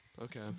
Okay